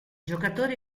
giocatore